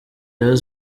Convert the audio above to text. rayon